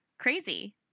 crazy